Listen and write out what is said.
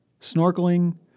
snorkeling